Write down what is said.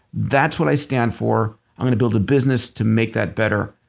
that's what i stand for. i'm going to build a business to make that better.